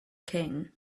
king